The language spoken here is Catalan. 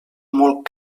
molt